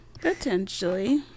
potentially